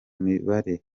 mibare